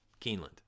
Keeneland